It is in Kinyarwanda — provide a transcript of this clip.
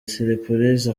siripurize